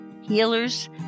healers